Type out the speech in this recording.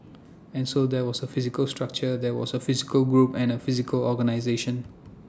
and so there was A physical structure there was A physical group and A physical organisation